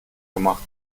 gemacht